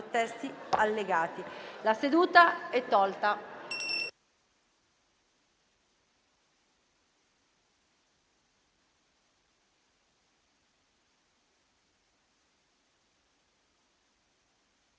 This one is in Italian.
La seduta è tolta